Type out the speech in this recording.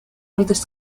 oldest